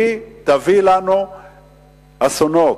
היא תביא לנו אסונות.